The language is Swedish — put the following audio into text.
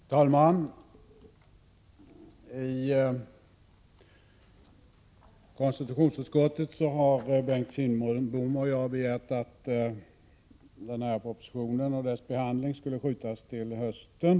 Herr talman! Bengt Kindbom och jag har i konstitutionsutskottet begärt att denna proposition och dess behandling skulle skjutas till hösten.